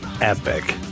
epic